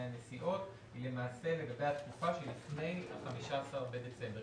הנסיעות היא למעשה לגבי התקופה שלפני ה-15 בדצמבר,